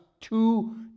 two